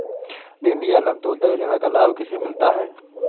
दीनदयाल अंत्योदय योजना का लाभ किसे मिलता है?